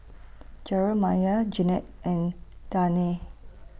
Jeramiah Jennette and Danae